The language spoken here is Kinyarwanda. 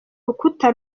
rukuta